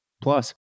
Plus